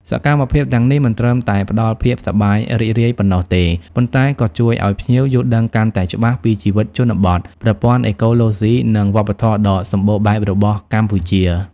សកម្មភាពទាំងនេះមិនត្រឹមតែផ្តល់ភាពសប្បាយរីករាយប៉ុណ្ណោះទេ ប៉ុន្តែក៏ជួយឲ្យភ្ញៀវយល់ដឹងកាន់តែច្បាស់ពីជីវិតជនបទ ប្រព័ន្ធអេកូឡូស៊ី និងវប្បធម៌ដ៏សម្បូរបែបរបស់កម្ពុជា។